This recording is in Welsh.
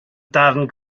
darn